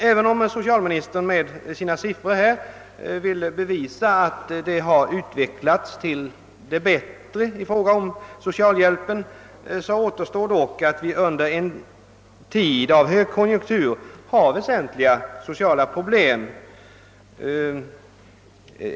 Även om socialministern med sina siffror vill bevisa att socialhjälpsverksamheten utvecklats till det bättre, kvarstår dock det faktum, att vi under en tid av högkonjunktur har väsentliga sociala problem.